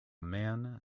man